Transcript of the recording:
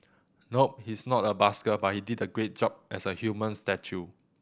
nope he's not a busker but he did a great job as a human statue